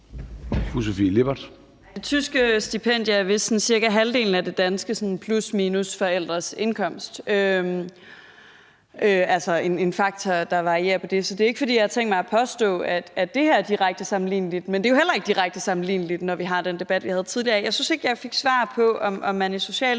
tyske stipendie er vist sådan cirka halvdelen af det danske sådan plus/minus forældres indkomst, altså en faktor, der varierer med det. Så det er ikke, fordi jeg har tænkt mig at påstå, at det her er direkte sammenligneligt, men det er jo heller ikke direkte sammenligneligt, når vi har den debat, vi havde tidligere i dag. Jeg synes ikke, jeg fik svar på, om man i